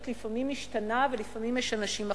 לפעמים משתנה ולפעמים יש אנשים אחרים.